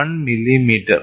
1 millimetre